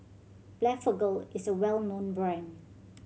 Blephagel is a well known brand